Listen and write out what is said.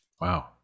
Wow